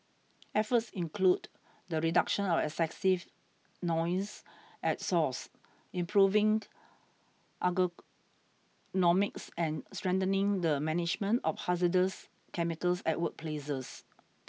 efforts include the reduction of excessive noise at source improving and strengthening the management of hazardous chemicals at workplaces